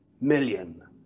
million